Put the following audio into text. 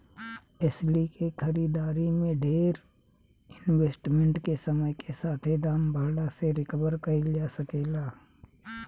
एस्ली के खरीदारी में डेर इन्वेस्टमेंट के समय के साथे दाम बढ़ला से रिकवर कईल जा सके ला